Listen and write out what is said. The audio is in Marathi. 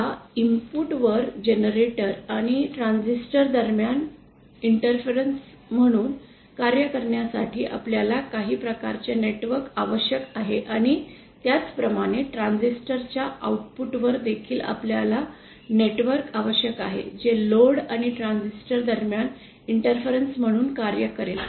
आता इनपुट वर जनरेटर आणि ट्रान्झिस्टर दरम्यान इंटरफेस म्हणून कार्य करण्यासाठी आपल्याला काही प्रकारचे नेटवर्क आवश्यक आहे आणि त्याचप्रमाणे ट्रान्झिस्टर च्या आउटपुट वर देखील आपल्याला नेटवर्क आवश्यक आहे जे लोड आणि ट्रान्झिस्टर दरम्यान इंटरफेस म्हणून कार्य करेल